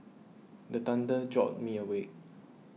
the thunder jolt me awake